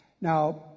Now